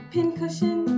Pincushion